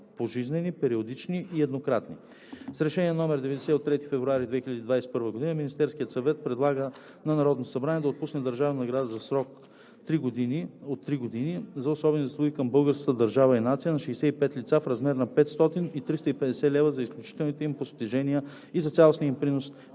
пожизнени, периодични и еднократни. С Решение № 90 от 3 февруари 2021 г. Министерският съвет предлага на Народното събрание да отпусне държавни награди за срок 3 години за особени заслуги към българската държава и нацията на 65 лица в размер на 500 лв. и 350 лв. за изключителните им постижения и за цялостния им принос